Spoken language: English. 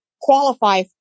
qualify